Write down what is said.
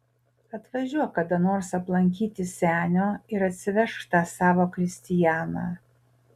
atvažiuok kada nors aplankyti senio ir atsivežk tą savo kristianą